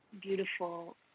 beautiful